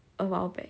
a while back